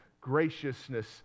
graciousness